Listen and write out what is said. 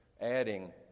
adding